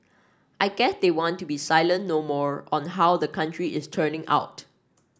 I guess they want to be silent no more on how the country is turning out